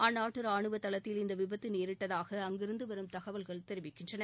அந்நாட்டு ராணுவ ததளத்தில் இந்த விபத்து நேரிட்டதாக அங்கிருந்துவரும் தகவல்கள் தெரிவிக்கின்றன